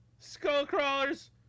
Skullcrawlers